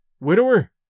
Widower